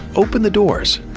open the doors,